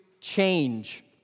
change